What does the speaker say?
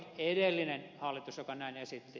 se oli edellinen hallitus joka näin esitti